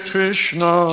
Krishna